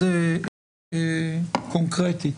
קונקרטית.